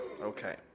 okay